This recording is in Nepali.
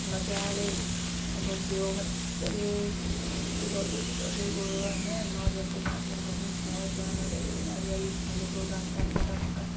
मजाले बस्यो मज्जाले कुदाउँदै कुदाउँदै गयो होइन नरिवलको गाछहरूको पनि छ त्याँ नरिवलै नरिवल फलेको गाछ पत्ता टक्क